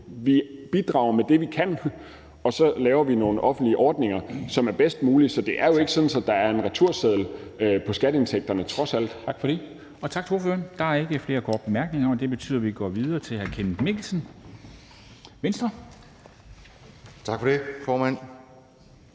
vi bidrager med det, vi kan, og så laver vi nogle offentlige ordninger, som er bedst mulige. Så det er jo ikke sådan, at der er en returseddel på skatteindtægterne – trods alt. Kl. 13:29 Formanden (Henrik Dam Kristensen): Tak for det. Tak til ordføreren. Der er ikke flere korte bemærkninger. Det betyder, at vi går videre til hr. Kenneth Mikkelsen, Venstre. Kl. 13:29 (Ordfører)